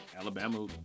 Alabama